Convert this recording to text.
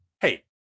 Hey